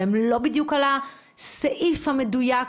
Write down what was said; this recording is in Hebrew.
כשהם לא בדיוק על הסעיף המדויק,